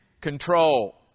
control